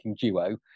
duo